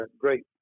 great